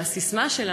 הססמה שלה,